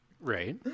Right